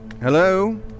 Hello